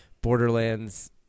Borderlands